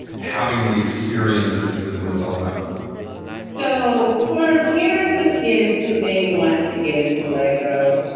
having the experience is really what it's all about so for parents of kids who may want to get into lego,